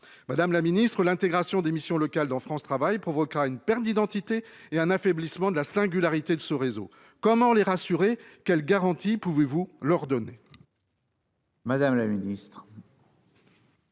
Madame la Ministre l'intégration des missions locales dans France travail provoquera une perte d'identité et un affaiblissement de la singularité de ce réseau. Comment les rassurer. Quelles garanties pouvez-vous leur donner. Madame la ministre.